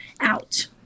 out